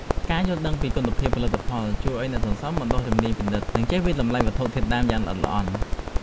ការយល់ដឹងពីគុណភាពផលិតផលជួយឱ្យអ្នកសន្សំបណ្ដុះជំនាញពិនិត្យ និងចេះវាយតម្លៃវត្ថុធាតុដើមយ៉ាងល្អិតល្អន់។